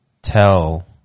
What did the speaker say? Tell